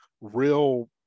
real